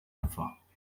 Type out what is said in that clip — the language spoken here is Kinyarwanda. bapfa